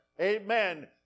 amen